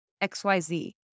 XYZ